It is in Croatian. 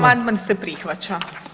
Amandman se prihvaća.